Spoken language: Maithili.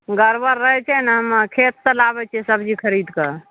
गड़बड़ रहै छै ने खेतसे लाबै छिए सबजी खरिदके